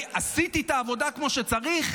עשיתי את העבודה כמו שצריך?